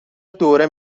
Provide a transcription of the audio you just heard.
دوره